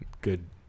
good